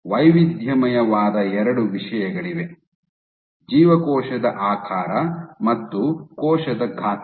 ವೈವಿಧ್ಯಮಯವಾದ ಎರಡು ವಿಷಯಗಳಿವೆ ಜೀವಕೋಶದ ಆಕಾರ ಮತ್ತು ಕೋಶದ ಗಾತ್ರ